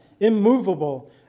immovable